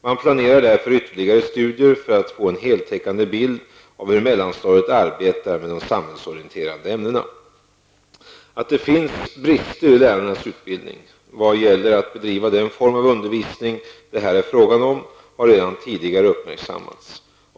Man planerar därför ytterligare studier för att få en heltäckande bild av hur mellanstadiet arbetar med de samhällsorienterande ämnena. Att det finns brister i lärarnas utbildning vad gäller att bedriva den form av undervisning det här är fråga om har redan tidigare uppmärksammats.